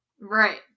Right